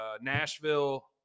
Nashville